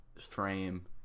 frame